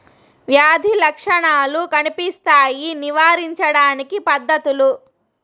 వ్యాధి లక్షణాలు కనిపిస్తాయి నివారించడానికి పద్ధతులు?